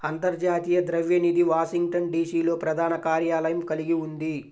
అంతర్జాతీయ ద్రవ్య నిధి వాషింగ్టన్, డి.సి.లో ప్రధాన కార్యాలయం కలిగి ఉంది